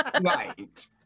Right